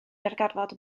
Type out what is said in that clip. darganfod